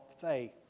faith